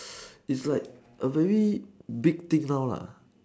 it's like a very big thing now lah